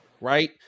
right